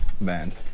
band